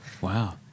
Wow